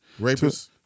Rapists